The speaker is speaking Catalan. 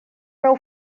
prou